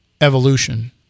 evolution